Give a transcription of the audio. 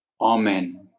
Amen